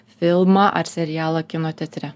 filmą ar serialą kino teatre